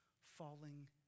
falling